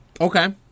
Okay